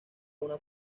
una